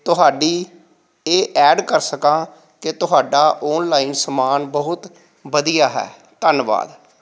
ਤੁਹਾਡੀ ਇਹ ਐਡ ਕਰ ਸਕਾਂ ਕਿ ਤੁਹਾਡਾ ਔਨਲਾਈਨ ਸਮਾਨ ਬਹੁਤ ਵਧੀਆ ਹੈ ਧੰਨਵਾਦ